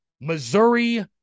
Missouri